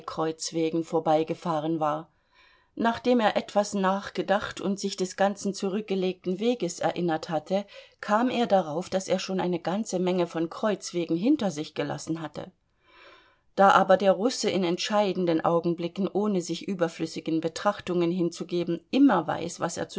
kreuzwegen vorbeigefahren war nachdem er etwas nachgedacht und sich des ganzen zurückgelegten weges erinnert hatte kam er darauf daß er schon eine ganze menge von kreuzwegen hinter sich gelassen hatte da aber der russe in entscheidenden augenblicken ohne sich überflüssigen betrachtungen hinzugeben immer weiß was er